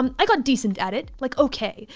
um i got decent at it. like, okay,